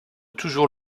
toujours